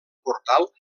portal